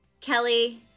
Kelly